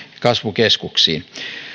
kasvukeskuksiin